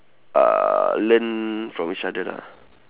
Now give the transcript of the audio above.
uh learn from each other lah